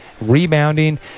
rebounding